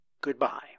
goodbye